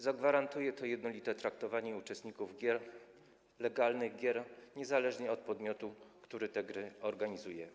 Zagwarantuje to jednolite traktowanie uczestników legalnych gier, niezależnie od podmiotu, który te gry organizuje.